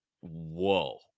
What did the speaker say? Whoa